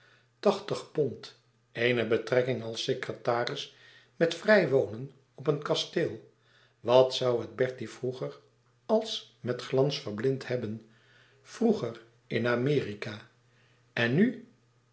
tachtig pond eene betrekking als secretaris met vrij wonen op een kasteel wat zoû het bertie vroeger als met glans verblind hebben vroeger in amerika en nu